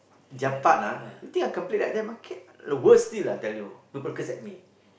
their part ah you think I can play like them ah the worst still I tell you people curse at me